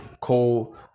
call